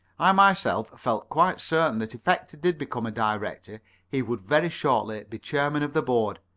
i myself felt quite certain that if hector did become a director he would very shortly be chairman of the board.